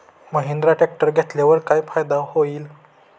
Mahindra tractor घेतल्यावर काय फायदा होईल?